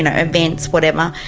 and events, whatever,